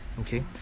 Okay